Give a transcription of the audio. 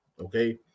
Okay